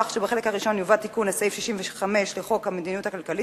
כך שבחלק הראשון יובא תיקון לסעיף 65 לחוק המדיניות הכלכלית